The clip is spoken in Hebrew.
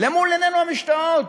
למול עינינו המשתאות,